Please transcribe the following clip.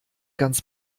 ganz